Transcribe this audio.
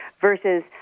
versus